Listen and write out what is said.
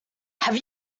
have